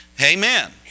amen